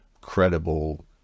credible